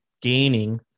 gaining